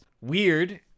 weird